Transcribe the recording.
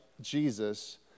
Jesus